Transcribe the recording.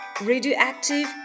Radioactive